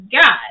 god